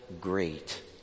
great